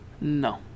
No